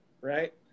right